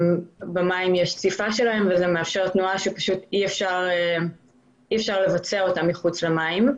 במים יש ציפה של האיברים וזה מאפשר תנועה שאי-אפשר לבצע אותה מחוץ למים.